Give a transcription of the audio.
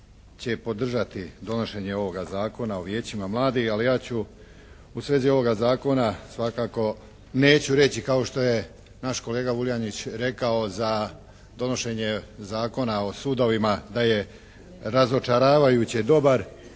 će podržati donošenje ovoga Zakona o vijećima mladim ali ja ću u svezi ovoga zakona svakako neću reći kao što je naš kolega Vuljanić rekao za donošenje Zakona o sudovima da je razočaravajuće dobar.